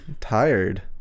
Tired